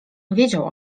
wiedział